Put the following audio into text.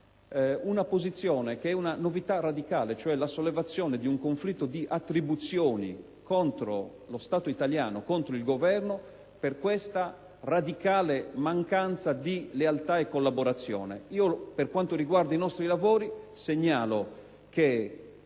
una posizione che è una novità radicale, cioè la promozione di un conflitto di attribuzioni contro lo Stato italiano, contro il Governo, per questa radicale mancanza di lealtà e collaborazione. Per quanto riguarda i nostri lavori, segnalo che